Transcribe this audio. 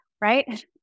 Right